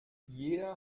jeder